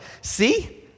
See